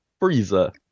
Frieza